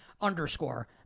underscore